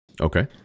Okay